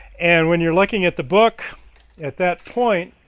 and when you're looking at the book at that point,